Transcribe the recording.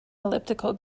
elliptical